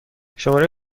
شماره